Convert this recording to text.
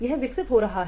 यह विकसित हो रहा है